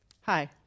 Hi